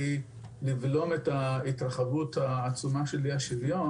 לבלום את ההתרחבות העצומה של אי השוויון